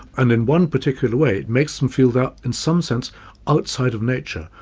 and in one particular way it makes them feel that in some sense outside of nature,